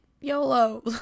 yolo